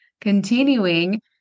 continuing